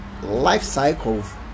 lifecycle